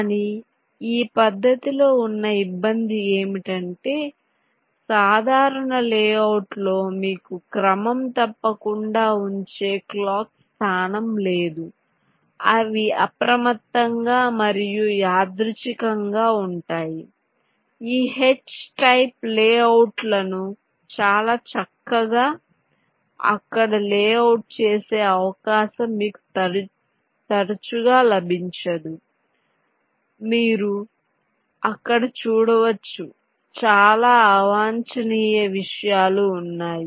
కానీ ఈ పద్ధతిలో ఉన్న ఇబ్బంది ఏమిటంటే సాధారణ లేఅవుట్లలో మీకు క్రమం తప్పకుండా ఉంచే క్లాక్ స్థానం లేదు అవి అప్రమత్తంగా మరియు యాదృచ్ఛికంగా ఉంటాయి ఈ H టైప్ లేఅవుట్లను చాలా చక్కగా అక్కడ లేఅవుట్ చేసే అవకాశం మీకు తరచుగా లభించదు మీరు అక్కడ చూడవచ్చు చాలా అవాంఛనీయ విషయాలు ఉన్నాయి